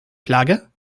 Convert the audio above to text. flagge